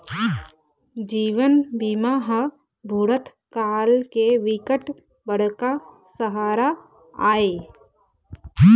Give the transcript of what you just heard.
जीवन बीमा ह बुढ़त काल के बिकट बड़का सहारा आय